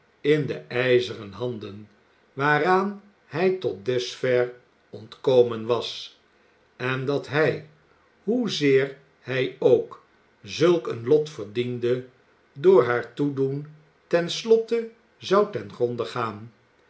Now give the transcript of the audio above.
in de ijzeren handen waaraan hij tot dusver ontkomen was en dat hij hoezeer hij ook zulk een lot verdiende door haar toedoen ten slotte zou ten gronde gaan